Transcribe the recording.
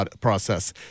process